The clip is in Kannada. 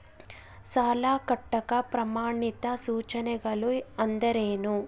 ಸಾಲ ಕಟ್ಟಾಕ ಪ್ರಮಾಣಿತ ಸೂಚನೆಗಳು ಅಂದರೇನು?